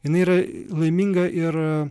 jinai yra laiminga ir